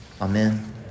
Amen